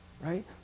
right